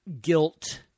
guilt